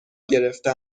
گرفته